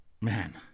man